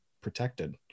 protected